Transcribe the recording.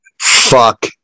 fuck